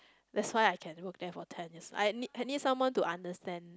that's why I can work there for ten years I need I need someone to understand